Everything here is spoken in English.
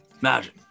Magic